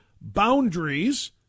boundaries